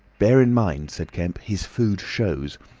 bear in mind, said kemp, his food shows.